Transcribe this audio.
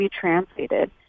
translated